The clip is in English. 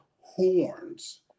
horns